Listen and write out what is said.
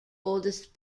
oldest